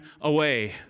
away